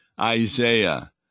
Isaiah